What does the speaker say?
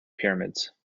pyramids